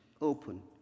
open